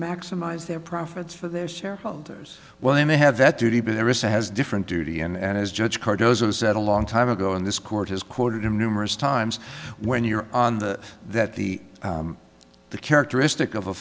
maximize their profits for their shareholders well they may have that duty but there is a has different duty and as judge cardoza said a long time ago and this court has quoted him numerous times when you're on the that the the characteristic of a